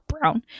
brown